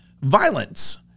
violence